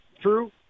true